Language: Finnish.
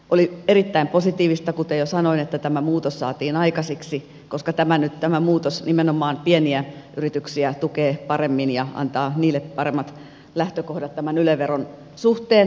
oli erittäin positiivista kuten jo sanoin että tämä muutos saatiin aikaiseksi koska tämä muutos nyt nimenomaan pieniä yrityksiä tukee paremmin ja antaa niille paremmat lähtökohdat tämän yle veron suhteen